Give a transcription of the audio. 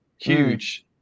huge